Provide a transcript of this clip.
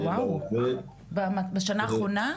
ובשנה האחרונה?